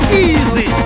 easy